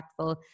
impactful